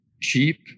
cheap